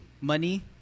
money